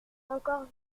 encore